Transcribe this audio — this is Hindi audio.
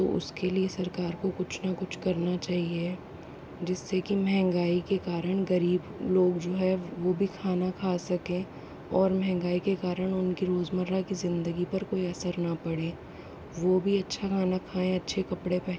तो उसके लिए सरकार को कुछ न कुछ करना चाहिए जिससे की महंगाई के कारण गरीब लोग जो है वह भी खाना खा सकें और महंगाई के कारण उनकी रोज़मर्रा की ज़िंदगी पर कोई असर न पड़े वो भी अच्छा खाना खाए अच्छे कपड़े पहने